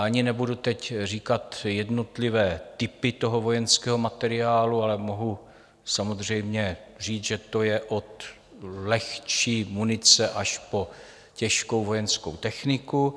Ani teď nebudu říkat jednotlivé typy toho vojenského materiálu, ale mohu samozřejmě říct, že to je od lehčí munice až po těžkou vojenskou techniku.